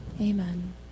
amen